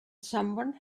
someone